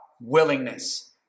Willingness